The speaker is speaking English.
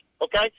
okay